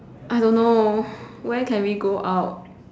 I don't know when can we go out